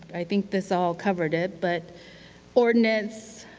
i think this all covered it, but ordinance,